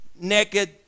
naked